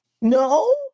no